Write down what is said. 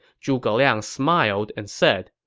zhuge liang smiled and said,